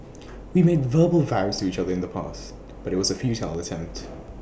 we made verbal vows to each other in the past but IT was A futile attempt